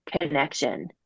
connection